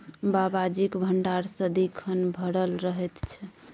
बाबाजीक भंडार सदिखन भरल रहैत छै